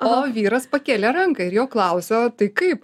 o vyras pakėlė ranką ir jo klausia tai kaip